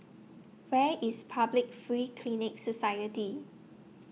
Where IS Public Free Clinic Society